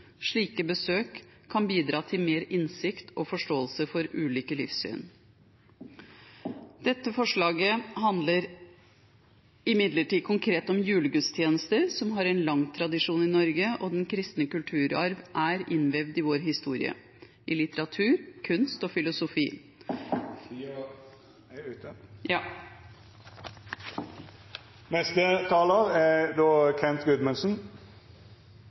Slike besøk kan bidra til mer innsikt og forståelse for ulike livssyn Dette forslaget handler imidlertid konkret om julegudstjenester, som har en lang tradisjon i Norge, og den kristne kulturarv er innvevd i vår historie – i litteratur, kunst og filosofi.